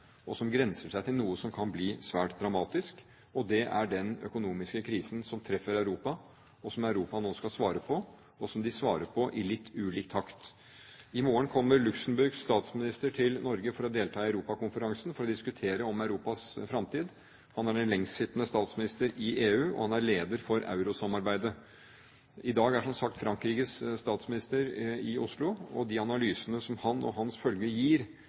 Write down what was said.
og som grenser til noe som kan bli svært dramatisk, og det er den økonomiske krisen som treffer Europa, som Europa nå skal svare på, og som de svarer på i litt ulik takt. I morgen kommer Luxemburgs statsminister til Norge for å delta i Europakonferansen for å diskutere Europas fremtid. Han er den lengstsittende statsministeren i EU, og han er leder for eurosamarbeidet. I dag er, som sagt, Frankrikes statsminister i Oslo, og de analysene som han og hans følge gir